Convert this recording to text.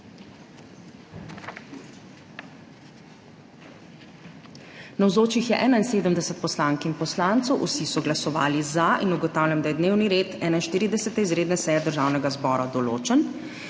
Navzočih je 71 poslank in poslancev, vsi so glasovali za. (Za so glasovali vsi.) Ugotavljam, da je dnevni red 41. izredne seje Državnega zbora določen.